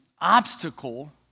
obstacle